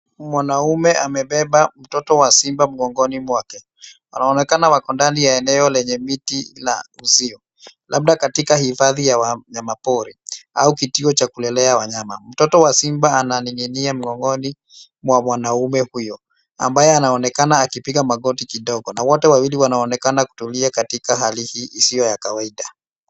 Mwanaume amebeba mtoto wa simba mgongoni mwake. Anaonekana wako ndani ya eneo lenye miti la uzio, labda katika hifadhi ya wanyamapori au kituo cha kulelea wanyama. Mtoto wa simba ananinginia mgongoni mwa mwanaume huyo, ambaye anaonekana akipiga magoti kidogo na wote wawili wanaonekana kutulia katika hali hii isiyo ya kawaida.